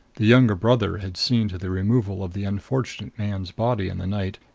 the younger brother had seen to the removal of the unfortunate man's body in the night,